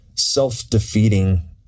self-defeating